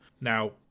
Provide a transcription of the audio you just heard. Now